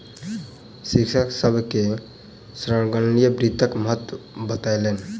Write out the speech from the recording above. शिक्षक सभ के संगणकीय वित्तक महत्त्व बतौलैन